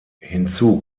hinzu